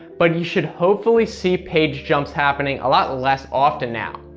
but you should hopefully see page jumps happening a lot less often now.